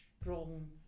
strong